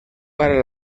para